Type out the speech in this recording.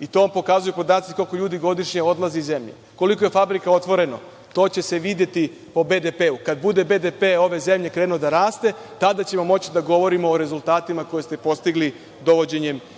i to pokazuju podaci koliko ljudi godišnje odlazi iz zemlje, koliko je fabrika otvoreno, to će se videti po BDP. Kada bude BDP ove zemlje krenuo da raste tada ćemo moći da govorimo o rezultatima koje ste postigli dovođenjem investitora